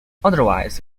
otherwise